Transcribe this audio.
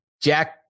Jack